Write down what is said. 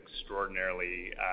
extraordinarily